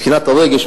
מבחינת הרגש,